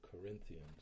Corinthians